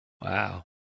Wow